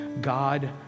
God